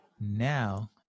now